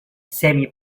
semi